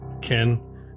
Ken